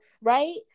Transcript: right